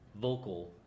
vocal